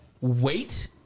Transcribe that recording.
wait